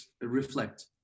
reflect